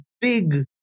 big